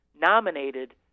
nominated